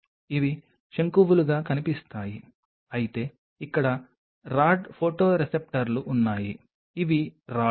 ఇవి శంకువులుగా కనిపిస్తాయి అయితే ఇక్కడ రాడ్ ఫోటోరిసెప్టర్లు ఉన్నాయి ఇవి రాడ్లు